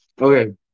Okay